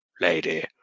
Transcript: lady